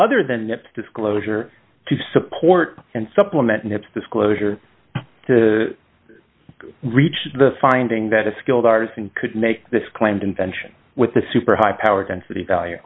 other than that disclosure to support and supplement its disclosure to reach the finding that a skilled artisan could make this claimed invention with the super high power density value